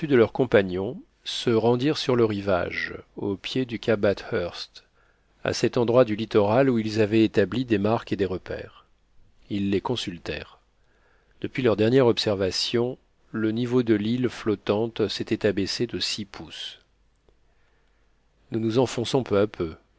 leurs compagnons se rendirent sur le rivage au pied du cap bathurst à cet endroit du littoral où ils avaient établi des marques et des repères ils les consultèrent depuis leur dernière observation le niveau de l'île flottante s'était abaissé de six pouces nous nous enfonçons peu à peu